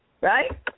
right